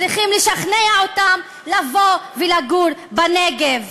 צריכים לשכנע אותם לבוא ולגור בנגב.